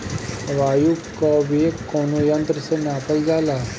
वायु क वेग कवने यंत्र से नापल जाला?